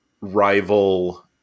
rival